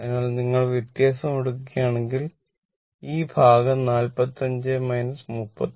അതിനാൽ നിങ്ങൾ വ്യത്യാസം എടുക്കുകയാണെങ്കിൽ ഈ ഭാഗം 45 39